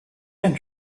can